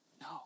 No